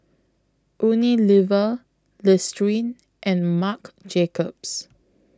Unilever Listerine and Marc Jacobs